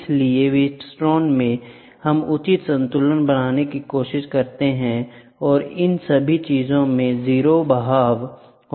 इसलिए Wheatstone bridge में हम उचित संतुलन बनाने की कोशिश करते हैं और इन सभी चीजों में 0 बहाव करते हैं